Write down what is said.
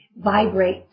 vibrate